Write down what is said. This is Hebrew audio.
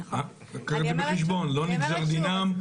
קחי את זה בחשבון, לא נגזר דינם.